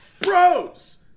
bros